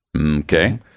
Okay